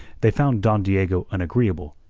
they found don diego an agreeable,